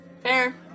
Fair